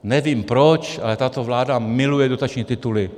Nevím proč, ale tato vláda miluje dotační tituly.